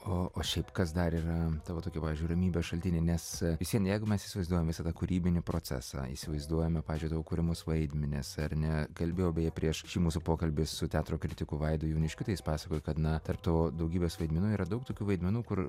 o o šiaip kas dar yra tavo tokie pavyzdžiui ramybės šaltiniai nes visvien jeigu mes įsivaizduojam visą tą kūrybinį procesą įsivaizduojame pavyzdžiui tavo kuriamus vaidmenis ar ne kalbėjau beje prieš šį mūsų pokalbį su teatro kritiku vaidu jauniškiu tai jis pasakojo kad na tarp to daugybės vaidmenų yra daug tokių vaidmenų kur